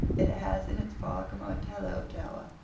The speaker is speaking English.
it has in its park a martello tower,